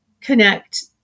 connect